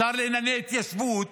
שר לענייני התיישבות,